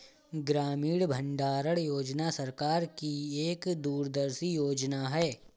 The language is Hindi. ग्रामीण भंडारण योजना सरकार की एक दूरदर्शी योजना है